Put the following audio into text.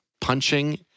punching